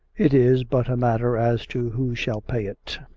it is but a matter as to who shall pay it.